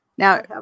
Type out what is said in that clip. Now